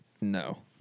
No